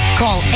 call